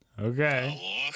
Okay